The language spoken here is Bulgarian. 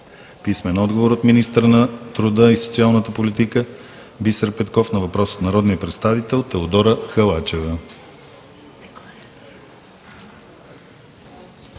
Сидорова; - министъра на труда и социалната политика Бисер Петков на въпрос от народния представител Теодора Халачева.